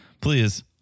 Please